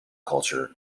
culture